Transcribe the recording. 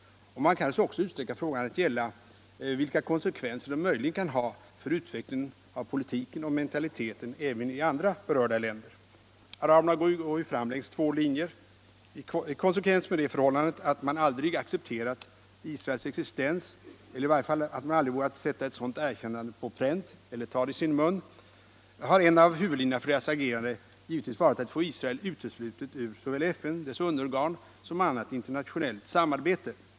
Man kan kanske också utsträcka frågan till att gälla vilka konsekvenser den möjligen kan ha för utvecklingen av politiken och mentaliteten i andra berörda länder. Araberna går fram längs två linjer. I konsekvens med det förhållandet att man aldrig accepterat Israels existens eller i varje fall aldrig vågat sätta ett sådant erkännande på pränt eller ta det i sin mun har givetvis en av huvudlinjerna för deras agerande varit att få Israel uteslutet ur såväl FN och dess underorgan som annat internationellt samarbete.